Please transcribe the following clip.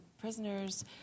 prisoners